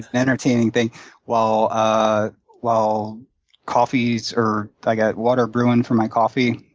and entertaining thing while ah while coffee's or i got water brewing for my coffee,